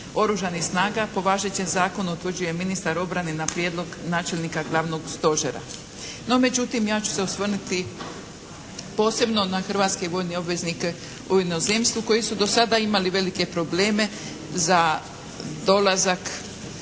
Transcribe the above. Oružanih snaga po važećem zakonu utvrđuje ministar obrane na prijedlog načelnika Glavnog stožera. No međutim, ja ću se osvrnuti posebno na hrvatske vojne obveznike u inozemstvu koji su do sada imali velike probleme za dolazak